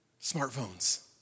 smartphones